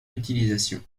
utilisation